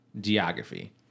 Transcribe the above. geography